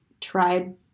tried